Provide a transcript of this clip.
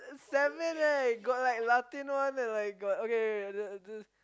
seven eh got like Latin one and like got okay okay wait the